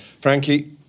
Frankie